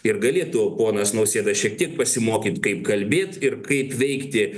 ir galėtų ponas nausėda šiek tiek pasimokyt kaip kalbėti ir kaip veikti